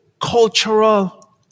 cultural